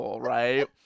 right